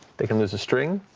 they can lose a string.